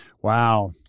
Wow